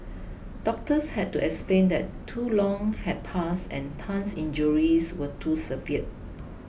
doctors had to explain that too long had passed and Tan's injuries were too severe